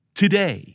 today